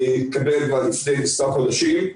התקבל כבר לפני מספר חודשים,